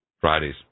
Fridays